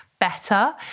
Better